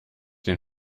den